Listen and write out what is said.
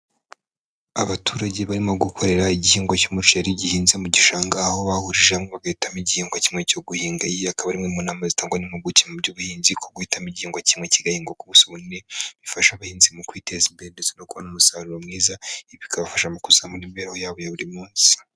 Abaturage barimo gukorera igihingwa cy'umuceri gihinze mu gishanga, aho bahurije hamwe bagahitamo igihingwa kimwe cyo guhinga, iyi akaba ari imwe mu nama zitangwa n'impuguke mu by'ubuhinzi, ku guhitamo igihigwa kimwe kigahingwa ku buso bunini, bifasha abahinzi mu kwiteza imbere ndetse no kubona umusaruro mwiza, Ibi bikabafasha mu kuzamura imibereho yabo ya buri munsi.